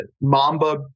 Mamba